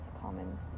common